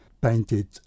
painted